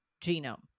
genome